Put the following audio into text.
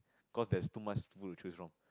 cause there's too much food to choose from